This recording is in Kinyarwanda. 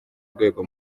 rwego